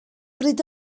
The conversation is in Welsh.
bryd